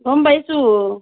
গম পাইছোঁ